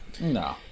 No